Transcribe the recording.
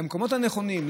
למקומות הנכונים,